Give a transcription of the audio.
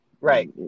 right